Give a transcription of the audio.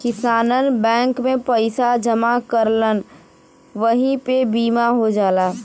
किसानन बैंक में पइसा जमा करलन वही पे बीमा हो जाला